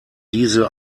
diese